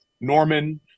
Norman